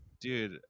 dude